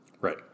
Right